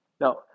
Now